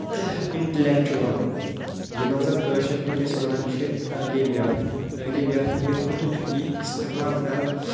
انٹلیٚکچولن یِمن زن کٲشر پٲٹھۍ أسۍ ونان چھِ تعلیم یافتہٕ تعلیم یافتن کتھ پٲٹھۍ چھِ یہِ استعمال کران